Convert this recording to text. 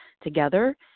together